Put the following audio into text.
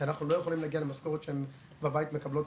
כי אנחנו לא יכולים להגיע למשכורת שבבית הן מקבלות,